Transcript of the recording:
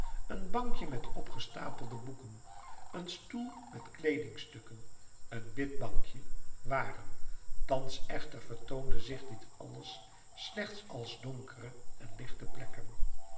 een bankje met opgestapelde boeken een stoel met kleedingstukken een bidbankje waren thans echter vertoonde zich dit alles slechts als donkere en lichte plekken